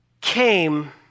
came